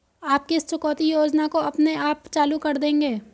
आप किस चुकौती योजना को अपने आप चालू कर देंगे?